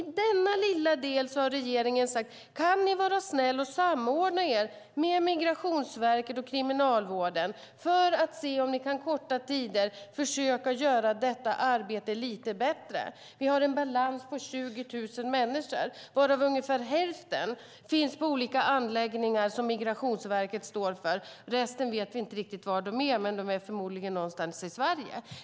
I denna lilla del har regeringen sagt: Kan ni vara snälla och samordna er med Migrationsverket och Kriminalvården för att se om ni kan korta tider och försöka göra detta arbete lite bättre? Vi har en balans på 20 000 människor varav ungefär hälften finns på olika anläggningar som Migrationsverket står för. Resten vet vi inte riktigt var de är, men de är förmodligen någonstans i Sverige.